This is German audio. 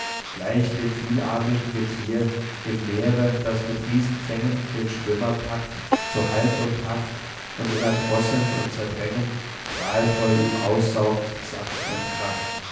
gleich dem vielarmigen gethier im meere das mit riesenfängen den schwimmer packt zu halt und haft und im erdrosseln und zerdrängen qualvoll ihm aussaugt saft und kraft